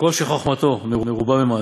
"הוא היה אומר, כל שחוכמתו מרובה ממעשיו,